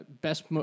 best